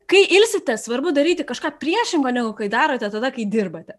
kai ilsitės svarbu daryti kažką priešingo negu kai darote tada kai dirbate